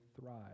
thrive